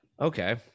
Okay